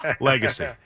legacy